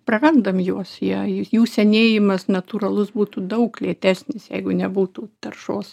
prarandam juos jie jų senėjimas natūralus būtų daug lėtesnis jeigu nebūtų taršos